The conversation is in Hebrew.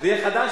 זה יהיה לי חדש.